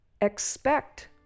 expect